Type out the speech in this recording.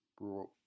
brought